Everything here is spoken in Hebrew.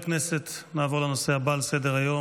חברי הכנסת, נעבור לנושא הבא על סדר-היום,